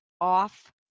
off